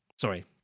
sorry